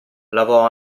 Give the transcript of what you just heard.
lavò